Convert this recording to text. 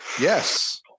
Yes